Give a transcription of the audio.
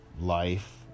life